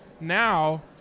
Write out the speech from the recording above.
Now